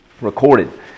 recorded